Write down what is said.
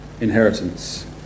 inheritance